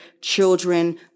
children